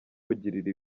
kugirira